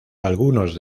algunos